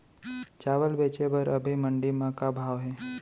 चांवल बेचे बर अभी मंडी म का भाव हे?